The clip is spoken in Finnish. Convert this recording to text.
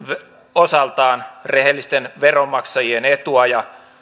osaltaan rehellisten veronmaksajien etua ja